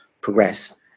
progress